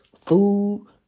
food